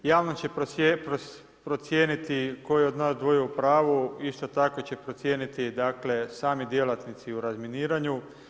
Javnost će procijeniti tko je od nas dvoje upravu, isto tako će procijeniti sami djelatnici u razminiranju.